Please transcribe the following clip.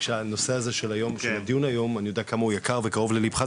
הנושא של הדיון היום אני יודע כמה הוא יקר וקרוב לליבך,